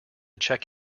check